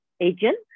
agent